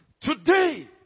today